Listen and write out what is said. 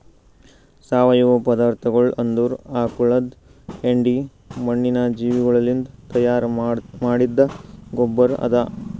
ಸಾವಯವ ಪದಾರ್ಥಗೊಳ್ ಅಂದುರ್ ಆಕುಳದ್ ಹೆಂಡಿ, ಮಣ್ಣಿನ ಜೀವಿಗೊಳಲಿಂತ್ ತೈಯಾರ್ ಮಾಡಿದ್ದ ಗೊಬ್ಬರ್ ಅದಾ